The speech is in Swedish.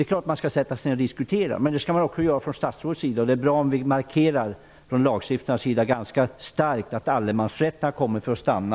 Naturligtvis tycker jag att man skall diskutera, men det skall det också göras från statsrådets sida. Det vore bra om man från lagstiftarnas sida starkt markerar att allemansrätten har kommit för att stanna.